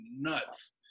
nuts